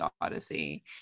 odyssey